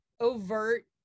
overt